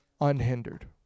unhindered